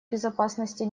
безопасности